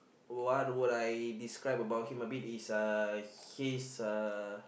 what would I describe about him a bit is uh he's uh